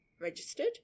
registered